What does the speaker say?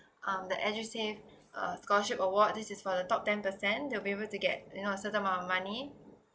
um the edusave uh scholarship award this is for the top ten percent they will be able to get you know a certain amount of money